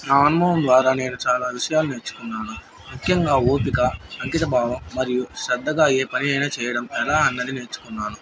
నా అనుభవం ద్వారా నేను చాలా విషయాలు నేర్చుకున్నాను ముఖ్యంగా ఓపిక అంకిత భావం మరియు శ్రద్ధగా ఏ పని అనా చేయడం ఎలా అన్నది నేర్చుకున్నాను